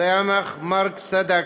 סיאמכ מרק סדק,